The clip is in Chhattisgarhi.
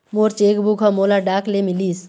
मोर चेक बुक ह मोला डाक ले मिलिस